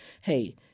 Hey